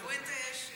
מה איתך?